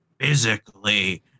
physically